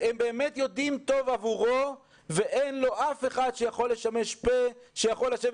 הם באמת יודעים טוב עבורו ואין אף אחד שיכול לשמש פה שיכול לשבת